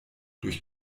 durch